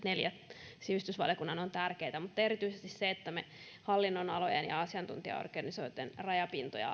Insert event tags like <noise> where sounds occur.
<unintelligible> neljä kannanottoehdotusta ovat tärkeitä mutta erityisesti se että me alennamme hallinnonalojen ja asiantuntijaorganisaatioiden rajapintoja <unintelligible>